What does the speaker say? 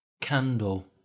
candle